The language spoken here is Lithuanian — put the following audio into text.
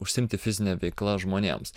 užsiimti fizine veikla žmonėms